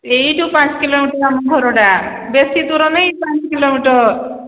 ଏଇଠୁ ପାଞ୍ଚ କିଲୋମିଟର ଆମ ଘରଟା ବେଶୀ ଦୂର ନେଇଁ ପାଞ୍ଚ କିଲୋମିଟର